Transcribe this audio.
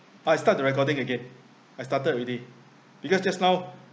I start the recording again I started already because just now